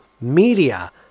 media